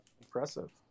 Impressive